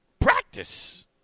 Practice